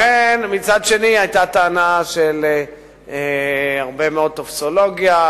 מצד שני היתה טענה על הרבה מאוד טופסולוגיה,